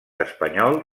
espanyol